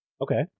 Okay